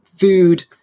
food